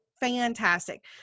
fantastic